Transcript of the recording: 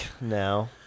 now